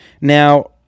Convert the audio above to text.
Now-